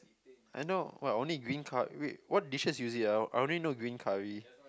I know what only green col~ wait what dishes is it I only know green curry